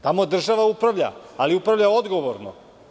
Tamo država upravlja, ali upravlja odgovorno.